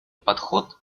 подход